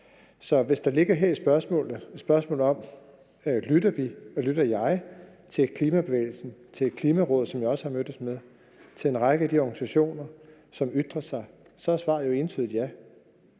spørgsmålet ligger et spørgsmål om, om vi lytter, om jeg lytter til klimabevægelsen, til Klimarådet, som jeg også har mødtes med, til en række af de organisationer, som ytrer sig, er svaret jo entydigt ja.